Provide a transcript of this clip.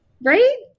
right